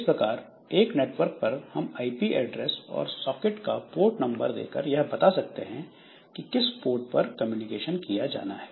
इस प्रकार एक नेटवर्क पर हम आईपी ऐड्रेस और सॉकेट का पोर्ट नंबर देकर यह बता सकते हैं कि किस पोर्ट पर कम्युनिकेशन किया जाना है